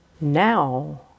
Now